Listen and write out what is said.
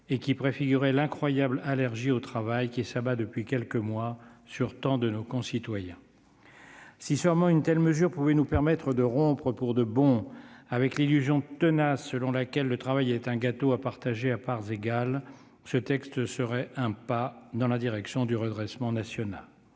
et qui préfiguraient l'incroyable allergie au travail qui s'abat depuis quelques mois sur tant de nos concitoyens. Si seulement une telle mesure pouvait nous permettre de rompre, pour de bon, avec l'illusion tenace selon laquelle le travail est un gâteau à partager à parts égales, ce texte serait un pas dans la direction du redressement national.